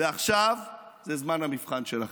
עכשיו זה זמן המבחן שלכם,